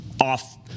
off